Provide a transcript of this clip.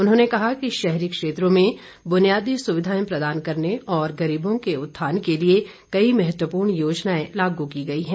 उन्होंने कहा कि शहरी क्षेत्रों में बुनियादी सुविधाएं प्रदान करने और गरीबों के उत्थान के लिए कई महत्वपूर्ण योजनाएं लागू की गई हैं